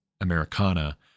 Americana